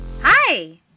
Hi